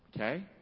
Okay